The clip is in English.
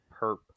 perp